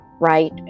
right